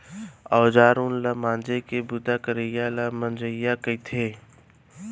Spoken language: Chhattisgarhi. औजार उव ल मांजे के बूता करवइया ल मंजइया कथें